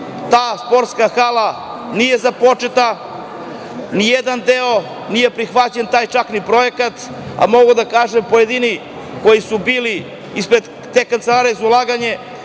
ta sportska hala nije započeta, nijedan deo, nije prihvaćen čak ni taj projekat, a mogu da kažem da su pojedini koji su bili ispred te Kancelarije za ulaganje,